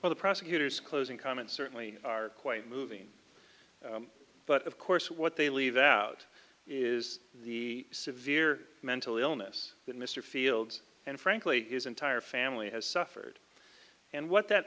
well the prosecutor's closing comments certainly are quite moving but of course what they leave out is the severe mental illness that mr fields and frankly his entire family has suffered and what that